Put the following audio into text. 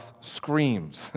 screams